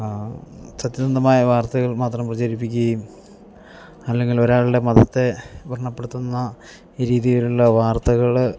സത്യസന്ധമായ വാർത്തകൾ മാത്രം പ്രചരിപ്പിക്കുകയും അല്ലെങ്കിൽ ഒരാളുടെ മതത്തെ വൃണപ്പെടുത്തുന്ന ഈ രീതിയിലുള്ള വാർത്തകൾ